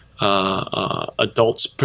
Adults